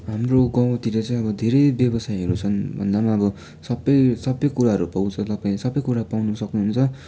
हाम्रो गाउँतिर चाहिँ धेरै व्यवसायीहरू छन् भन्दा अब सबै सबै कुराहरू पाउँछ तपाईँ सबै कुराहरू पाउन सक्नु हुन्छ